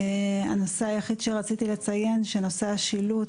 הנושא היחיד שרציתי לציין, נושא השילוט